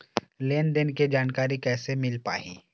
लेन देन के जानकारी कैसे मिल पाही?